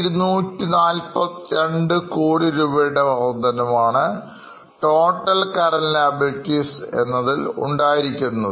1242 crore രൂപയുടെ വർധനവാണ്Total Current Liabilities എന്നതിൽ ഉണ്ടായത്